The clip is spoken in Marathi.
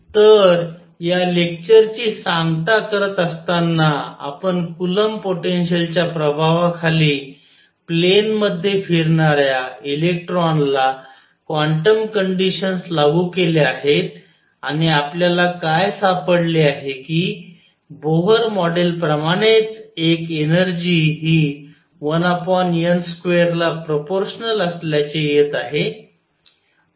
तर या लेक्चरची सांगता करत असताना आपण कूलम्ब पोटेन्शिअलच्या प्रभावाखाली प्लेन मध्ये फिरणाऱ्या इलेक्ट्रॉनला क्वांटम कंडिशन्स लागू केल्या आहेत आणि आपल्याला काय सापडले आहे कि बोहर मॉडेल प्रमाणेच एक एनर्जी हि 1n2 ला प्रोपोर्शनल असल्याचे येत आहे